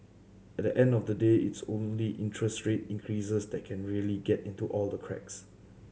at the end of the day it's only interest rate increases that can really get into all the cracks